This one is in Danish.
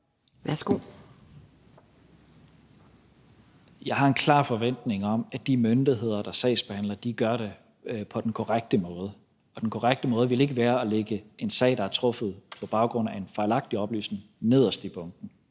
Jeg har en klar forventning om, at de myndigheder, der sagsbehandler, gør det på den korrekte måde, og den korrekte måde ville ikke være at lægge en sag, der er truffet på baggrund af en fejlagtig oplysning, nederst i bunken.